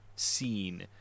Seen